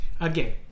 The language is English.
Again